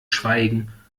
schweigen